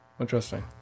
Interesting